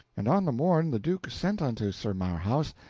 and on the morn the duke sent unto sir marhaus,